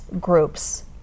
groups